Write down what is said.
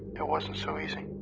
it wasn't so easy.